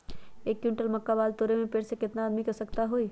एक क्विंटल मक्का बाल तोरे में पेड़ से केतना आदमी के आवश्कता होई?